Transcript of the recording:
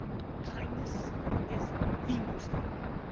kindness is the most important.